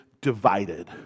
divided